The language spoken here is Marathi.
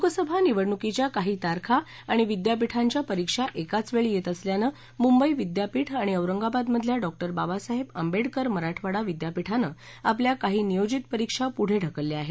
लोकसभा निवडणुकीच्या काही तारखा आणि विद्यापीठांच्या परीक्षा एकाच वेळी येत असल्यानं मुंबई विद्यापीठ आणि औरंगाबाद मधल्या डॉक्टर बाबासाहेब आंबेडकर मराठवाडा विद्यापीठानं आपल्या काही नियोजित परीक्षा पुढे ढकलल्या आहेत